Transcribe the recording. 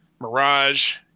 Mirage